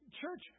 Church